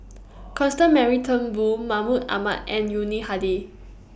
Constance Mary Turnbull Mahmud Ahmad and Yuni Hadi